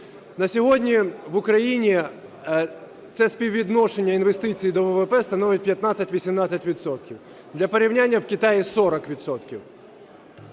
На сьогодні в Україні це співвідношення інвестицій до ВВП становить 15-18 відсотків. Для порівняння, в Китаї 40